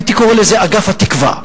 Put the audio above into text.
הייתי קורא לזה אגף התקווה.